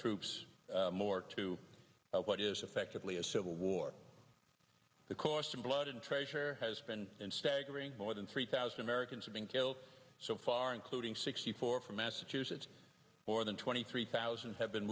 troops more to what is effectively a civil war the cost in blood and treasure has been and staggering more than three thousand americans have been killed so far including sixty four from massachusetts or than twenty three thousand have been